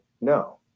no